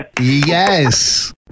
Yes